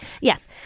yes